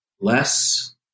less